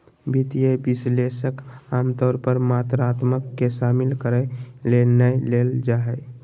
वित्तीय विश्लेषक आमतौर पर मात्रात्मक के शामिल करय ले नै लेल जा हइ